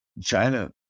China